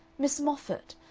miss moffatt,